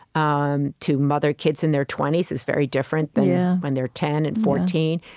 um to mother kids in their twenty s is very different than yeah when they're ten and fourteen.